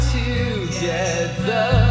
together